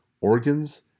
organs